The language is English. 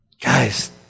Guys